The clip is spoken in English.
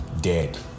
dead